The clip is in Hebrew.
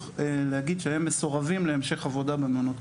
להגיד שהם מסורבים להמשך עבודה במעונות.